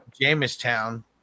Jamestown